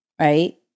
right